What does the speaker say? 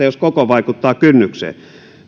jos koko vaikuttaa kynnykseen